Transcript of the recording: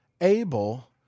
able